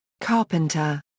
Carpenter